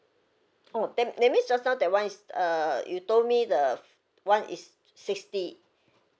oh that that means just now that one is err you told me the one is sixty